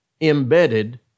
embedded